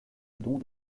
dont